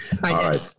Bye